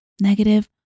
negative